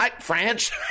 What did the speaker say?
French